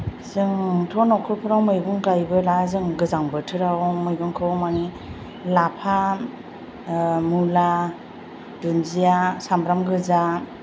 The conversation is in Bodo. जोंथ' नखरफोराव मैगं गायबोला जों गोजां बोथोराव मैगंखौ माने लाफा ओ मुला दुन्दिया सामब्राम गोजा